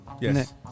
Yes